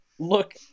Look